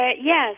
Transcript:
Yes